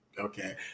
Okay